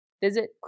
Visit